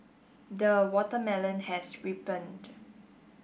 the watermelon has ripened